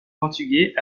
portugais